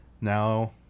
Now